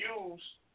use